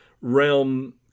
realm